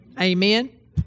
Amen